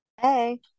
hey